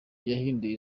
yahinduye